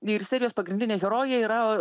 ir serijos pagrindinė herojė yra